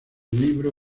libro